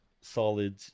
solid